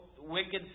wicked